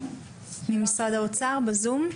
משרד האוצר, בבקשה.